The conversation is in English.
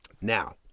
Now